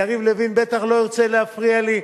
ויריב לוין בטח לא ירצה להפריע לי,